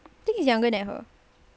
think he's younger than her